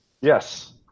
Yes